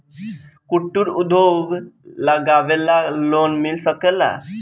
कुटिर उद्योग लगवेला लोन मिल सकेला?